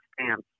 stance